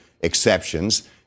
exceptions